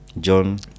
John